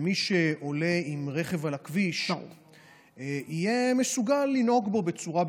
שמי שעולה עם רכב על הכביש יהיה מסוגל לנהוג בו בצורה בטוחה,